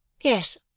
yes